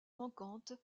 manquante